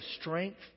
strength